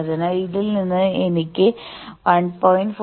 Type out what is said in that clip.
അതിനാൽ ഇതിൽ നിന്ന് എനിക്ക് 1